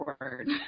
word